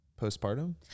postpartum